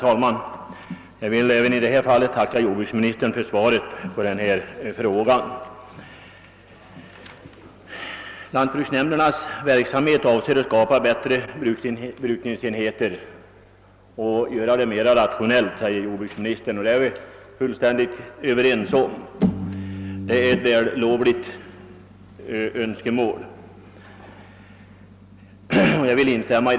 Herr talman! Jag vill tacka jordbruksministern för svaret även på denna fråga. Jordbruksministern säger att lantbruksnämndernas verksamhet avser att skapa bättre brukningsenheter och att göra driften mera rationell, och det är vi fullständigt överens om. Det är ett vällovligt syfte, som jag vill instämma i.